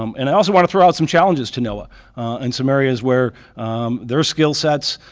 um and i also want to throw out some challenges to noaa in some areas where their skill sets,